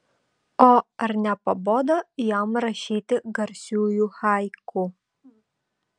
o ar nepabodo jam rašyti garsiųjų haiku